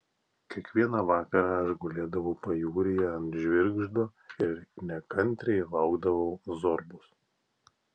kiekvieną vakarą aš gulėdavau pajūryje ant žvirgždo ir nekantriai laukdavau zorbos